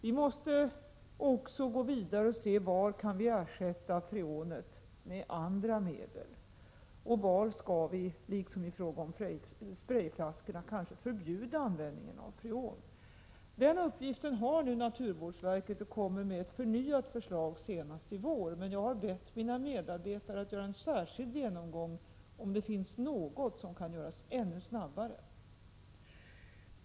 Vi måste också gå vidare och undersöka: Var kan vi ersätta freonet med andra medel, och var skall vi, liksom i fråga om sprayflaskorna, kanske förbjuda användningen av freon? Den uppgiften har nu naturvårdsverket, som kommer med ett förnyat förslag senast i vår. Men jag har bett mina medarbetare att göra en särskild genomgång för att se om det finns något som kan göras ännu snabbare.